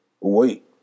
wait